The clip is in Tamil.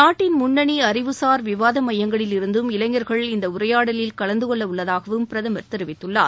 நாட்டின் முன்னணி அறிவுசார் விவாத மையங்களில் இருந்தும் இளைஞர்கள் இந்த உரையாடலில் கலந்து கொள்ள உள்ளதாகவும் பிரதமர் தெரிவித்துள்ளார்